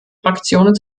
fraktionen